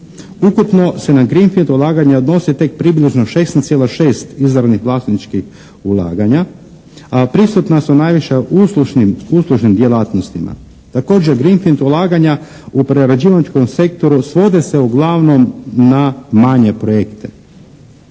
Ukupno se na green field ulaganja odnosi tek približno 16,6 izravnih vlasničkih ulaganja, a prisutna su najviše uslužnim djelatnostima. Također, green field ulaganja u prerađivačkom sektoru svode se uglavnom na manje projekte.